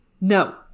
No